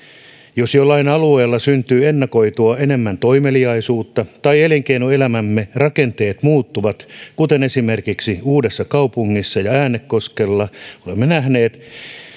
jos jollain alueella syntyy ennakoitua enemmän toimeliaisuutta tai elinkeinoelämämme rakenteet muuttuvat kuten esimerkiksi uudessakaupungissa ja äänekoskella olemme nähneet